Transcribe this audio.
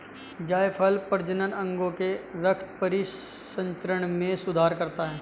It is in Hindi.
जायफल प्रजनन अंगों में रक्त परिसंचरण में सुधार करता है